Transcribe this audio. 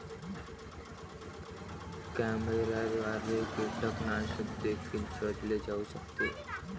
कॅमेऱ्याद्वारे कीटकनाशक देखील शोधले जाऊ शकते